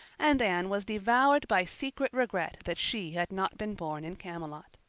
and anne was devoured by secret regret that she had not been born in camelot.